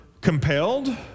compelled